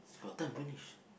got time finish